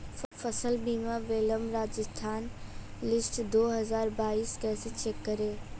फसल बीमा claim Rajasthan list दो हज़ार बाईस कैसे चेक करें?